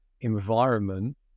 environment